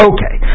Okay